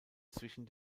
zwischen